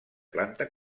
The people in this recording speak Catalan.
planta